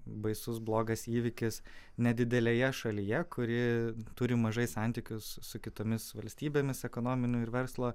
baisus blogas įvykis nedidelėje šalyje kuri turi mažai santykius su kitomis valstybėmis ekonominių ir verslo